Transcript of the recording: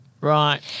Right